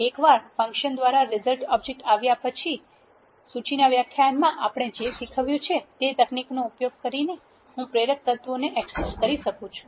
એકવાર ફંક્શન દ્વારા result object આપ્વ્યા પછી સૂચિના વ્યાખ્યાનમાં આપણે જે શીખવ્યું છે તે તકનીકોનો ઉપયોગ કરીને હું પ્રેરક તત્વોને એક્સેસ કરી શકું છું